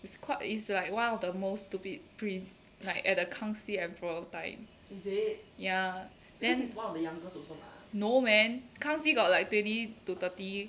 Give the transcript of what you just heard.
is quite is like one of the most stupid prince like at the kang xi emperor time ya then no man kang xi got like twenty to thirty